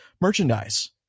merchandise